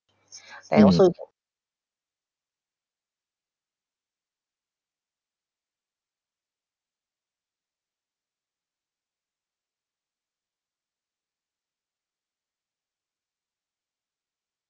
mm